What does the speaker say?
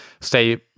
stay